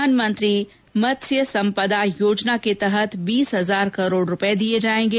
प्रधानमंत्री मत्स्य सम्पदा योजना के तहत बीस हजार करोड़ रूपए दिए जाएंगे